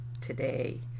today